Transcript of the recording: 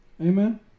Amen